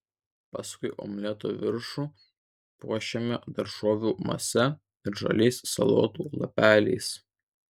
paskui omleto viršų puošiame daržovių mase ir žaliais salotų lapeliais